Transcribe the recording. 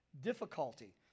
difficulty